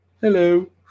Hello